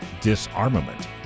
disarmament